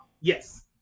Yes